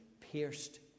pierced